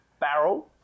barrel